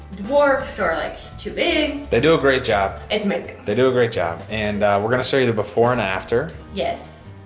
dwarfed or like too big. they do a great job. it's amazing. they do a great job and we're gonna show you the before and after. yes,